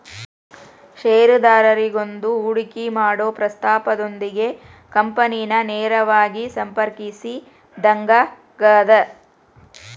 ಷೇರುದಾರರಾಗೋದು ಹೂಡಿಕಿ ಮಾಡೊ ಪ್ರಸ್ತಾಪದೊಂದಿಗೆ ಕಂಪನಿನ ನೇರವಾಗಿ ಸಂಪರ್ಕಿಸಿದಂಗಾಗತ್ತ